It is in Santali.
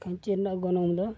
ᱠᱷᱟᱹᱧᱪᱤ ᱨᱮᱱᱟᱜ ᱜᱚᱱᱚᱝ ᱫᱚ